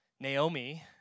Naomi